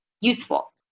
useful